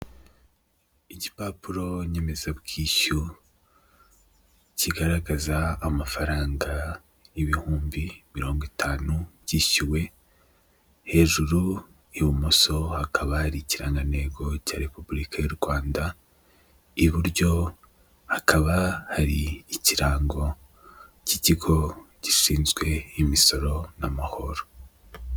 Igipapuro nyemezabwishyu kigaragaza amafaranga ibihumbi mirongo itanu byishyuwe, hejuru ibumoso hakaba hari icyirangantego cya Repubulika y’U Rwanda, iburyo hakaba hari ikirango k'ikigo gishinzwe imisoro n'amahoro.